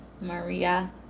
Maria